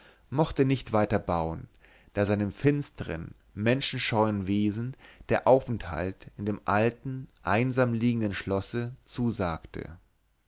mochte nicht weiter bauen da seinem finstern menschenscheuen wesen der aufenthalt in dem alten einsam liegenden schlosse zusagte